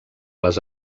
les